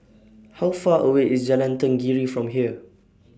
How Far away IS Jalan Tenggiri from here